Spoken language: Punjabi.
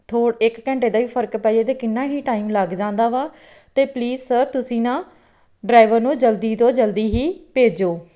ਥੋ ਇੱਕ ਘੰਟੇ ਦਾ ਹੀ ਫ਼ਰਕ ਪੈ ਜਾਵੇ ਤਾਂ ਕਿੰਨਾ ਹੀ ਟਾਈਮ ਲੱਗ ਜਾਂਦਾ ਵਾ ਤਾਂ ਪਲੀਸ ਸਰ ਤੁਸੀਂ ਨਾ ਡਰਾਈਵਰ ਨੂੰ ਜਲਦੀ ਤੋਂ ਜਲਦੀ ਹੀ ਭੇਜੋ